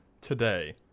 today